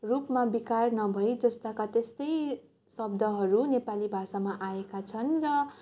रूपमा विकार नभई जस्ताको त्यस्तै शब्दहरू नेपाली भाषामा आएका छन् र